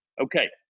Okay